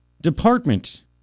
department